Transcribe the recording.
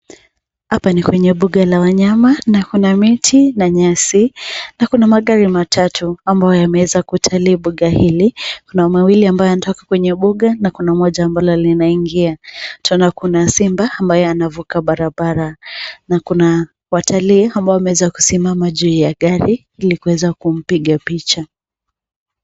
Hapa ni kwenye buga la Wanyama na kuna miti na nyasi na kuna magari matatu ambayo yameweza kutali buga hili, kuna mawili ambayo yanatoka kwenye buga na kuna moja ambalo linaingia, Tunaona kuna Simba ambaye anavuka Barbara na kuna watalii ambao wameweza kusimama juu ya gari ili kuweza kumpiga picha.